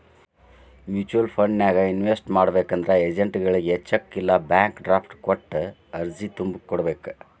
mutual ಫಂಡನ್ಯಾಗ invest ಮಾಡ್ಬೇಕಂದ್ರ ಏಜೆಂಟ್ಗಳಗಿ ಚೆಕ್ ಇಲ್ಲಾ ಬ್ಯಾಂಕ್ ಡ್ರಾಫ್ಟ್ ಕೊಟ್ಟ ಅರ್ಜಿ ತುಂಬಿ ಕೋಡ್ಬೇಕ್